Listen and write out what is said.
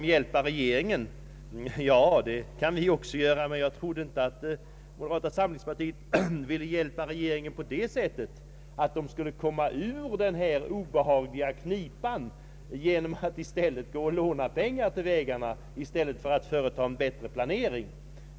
Hjälpa regeringen kan vi också göra, men jag trodde inte att moderata samlingspartiet ville hjälpa regeringen på det sättet att regeringen skulle komma ur sin obehagliga knipa genom att låna pengar till vägväsendet i stället för att göra en bättre planering.